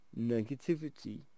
negativity